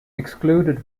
excluded